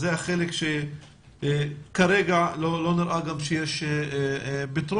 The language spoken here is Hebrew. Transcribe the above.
זה החלק שכרגע לא נראה שיש פתרון,